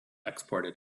exported